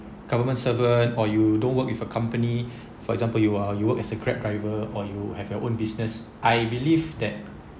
government servant or you don't work with a company for example you are you work as a grab driver or you have your own business I believe that